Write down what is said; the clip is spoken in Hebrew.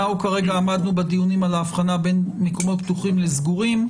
כרגע עמדנו בדיונים על ההבחנה בין מקומות פתוחים לסגורים.